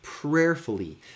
prayerfully